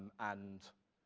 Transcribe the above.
and,